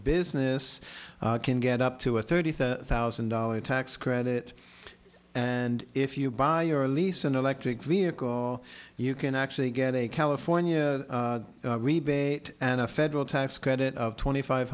business can get up to a thirty thousand dollars tax credit and if you buy your lease an electric vehicle you can actually get a california rebate and a federal tax credit of twenty five